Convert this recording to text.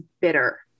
bitter